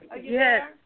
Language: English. Yes